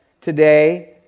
today